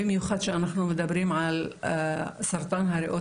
במיוחד שאנחנו מדברים על סרטן הריאות